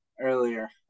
earlier